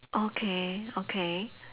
okay okay